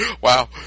Wow